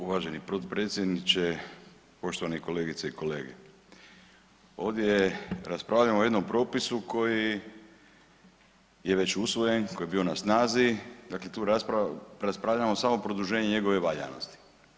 Uvaženi potpredsjedniče, poštovane kolegice i kolege, ovdje raspravljamo o jednom propisu koji je već usvojen koji je bio na snazi, dakle tu raspravljamo samo produženje njegove valjanosti.